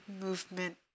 movement